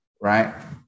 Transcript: right